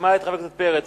ונשמע את חבר הכנסת פרץ.